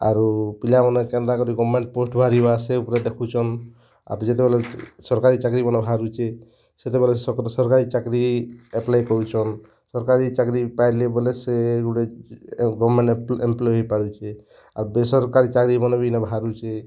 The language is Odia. ଆରୁ ପିଲାମାନେ କେନ୍ତା କରି ଗଭର୍ଣ୍ଣମେଣ୍ଟ ପୋଷ୍ଟ ବାହାରିବା ସେଇ ଉପରେ ଦେଖୁଛନ୍ ଆରୁ ଯେତେବେଳେ ସରକାରୀ ଚାକ୍ରିମାନେ ବାହାରୁଛି ସେତେବେଳେ ସର ସରକାରୀ ଚାକ୍ରି ଆପ୍ଲାଏ କରୁଛନ୍ ସରକାରୀ ଚାକ୍ରି ପାଇଲେ ବୋଲେ ସେ ଗୁଟେ ଗଭର୍ଣ୍ଣମେଣ୍ଟ ଏ ଏମ୍ପ୍ଲୋଇ ହେଇପାରୁଛି ଆଉ ବେସରକାରୀ ଚାକ୍ରି ମାନେ ବି ଏନ ବାହାରୁଛି